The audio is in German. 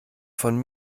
von